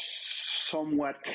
somewhat